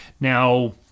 Now